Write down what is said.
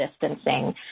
distancing